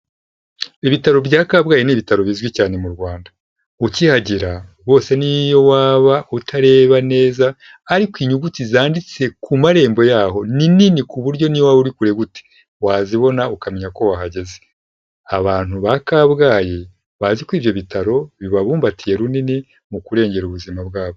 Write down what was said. Ibitaro bya Kabgayi ni ibitaro bizwi cyane mu Rwanda. Ukihagera, rwose n'iyo waba utareba neza, ariko inyuguti zanditse ku marembo yaho, ni nini ku buryo n'iyo waba uri kure gute, wazibona ukamenya ko wahageze. Abantu ba Kabgayi bazi ko ibyo bitaro bibabumbatiye runini, mu kurengera ubuzima bwabo.